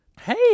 Hey